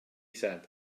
said